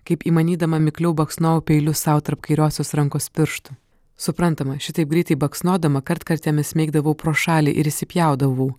kaip įmanydama mikliau baksnojau peiliu sau tarp kairiosios rankos pirštų suprantama šitaip greitai baksnodama kartkartėmis mėgdavau pro šalį ir įsipjaudavau